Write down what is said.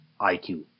iq